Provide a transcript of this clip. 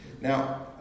Now